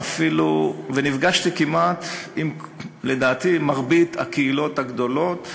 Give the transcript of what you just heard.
נפגשתי, לדעתי, עם מרבית הקהילות הגדולות